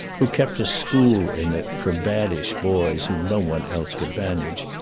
who kept a school in it for baddish boys whom no one else could manage,